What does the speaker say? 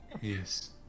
yes